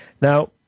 Now